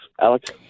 Alex